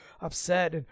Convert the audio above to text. upset